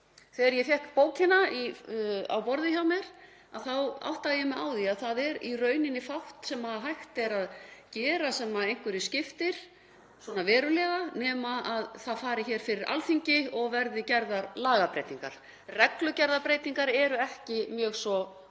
Þegar ég fékk bókina á borðið hjá mér áttaði ég mig á því að það er í rauninni fátt sem hægt er að gera sem einhverju skiptir, svona verulega, nema það fari fyrir Alþingi og gerðar verði lagabreytingar. Reglugerðarbreytingar eru ekki mjög svo